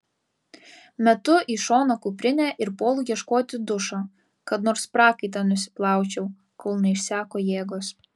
metu į šoną kuprinę ir puolu ieškoti dušo kad nors prakaitą nusiplaučiau kol neišseko jėgos